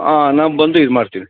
ಹಾಂ ನಾ ಬಂದು ಇದು ಮಾಡ್ತೀನಿ